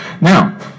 Now